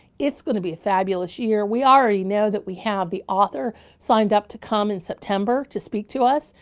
it's gonna be a fabulous year. we already know that we have the author signed up to come in september to speak to us.